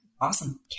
awesome